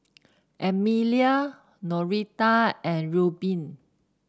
Emelia Noreta and Reubin